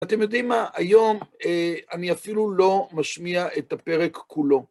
אתם יודעים מה? היום, אני אפילו לא משמיע את הפרק כולו.